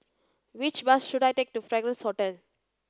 which bus should I take to Fragrance Hotel